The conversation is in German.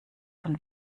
von